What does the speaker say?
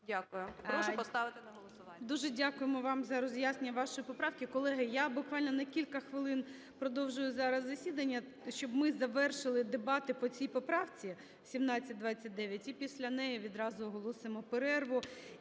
Дякую. Прошу поставити на голосування. ГОЛОВУЮЧИЙ. Дуже дякуємо вам за роз'яснення вашої поправки. Колеги, я буквально на кілька хвилин продовжую зараз засідання, щоб ми завершили дебати по цій поправці 1729 і після неї відразу оголосимо перерву.